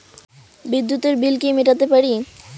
বিদ্যুতের বিল কি মেটাতে পারি?